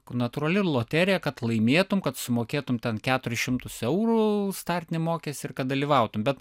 kur natūrali loterija kad laimėtum kad sumokėtum keturis šimtus eurų startinį mokestį ir kad dalyvautum bet